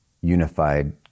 unified